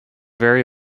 very